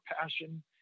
passion